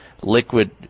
liquid